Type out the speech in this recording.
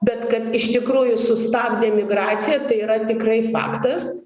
bet kad iš tikrųjų sustabdė migraciją tai yra tikrai faktas